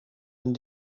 een